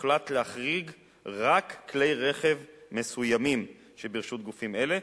הוחלט להחריג רק כלי רכב מסוימים שברשות גופים אלה,